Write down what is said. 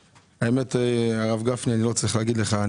האמת, הרב גפני, אני לא צריך להגיד לך.